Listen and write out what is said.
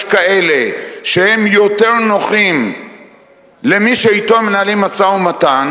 כאלה שהם יותר נוחים למי שאתו הם מנהלים משא-ומתן,